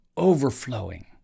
overflowing